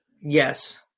Yes